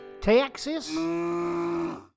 Texas